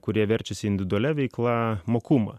kurie verčiasi individualia veikla mokumą